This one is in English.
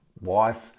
wife